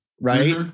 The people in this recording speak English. right